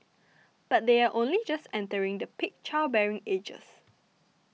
but they are only just entering the peak childbearing ages